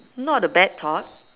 not a bad thought